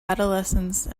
adolescence